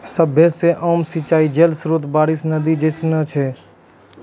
सभ्भे से आम सिंचाई जल स्त्रोत बारिश, नदी जैसनो छै